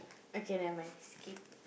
okay never mind skip